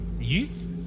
Youth